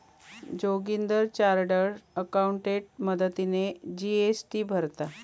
Joginder chartered accountant मदतीने GST भरता